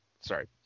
Sorry